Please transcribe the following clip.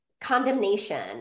condemnation